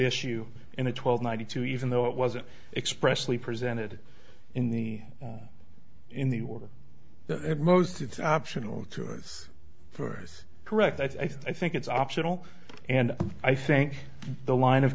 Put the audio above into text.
issue in a twelve ninety two even though it wasn't expressly presented in the in the order that most optional to us for us correct i think it's optional and i think the line of